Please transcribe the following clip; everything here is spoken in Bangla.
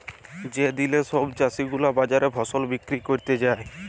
যে দিলে সব চাষী গুলা বাজারে ফসল বিক্রি ক্যরতে যায়